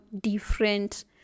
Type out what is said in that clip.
different